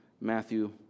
Matthew